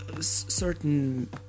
certain